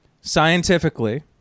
Scientifically